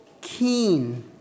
keen